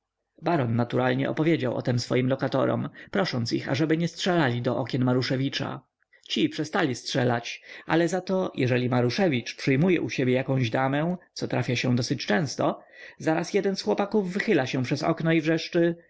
naturalnie opowiedział o tem swoim lokatorom prosząc ich aby nie strzelali do okien maruszewicza ci przestali strzelać ale zato jeżeli maruszewicz przyjmuje u siebie jaką damę co trafia mu się dosyć często zaraz jeden z chłopaków wychyla się przez okno i wrzeszczy